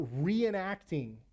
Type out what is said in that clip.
reenacting